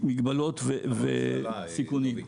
כמגבלות וסיכונים.